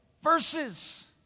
verses